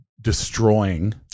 destroying